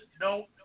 no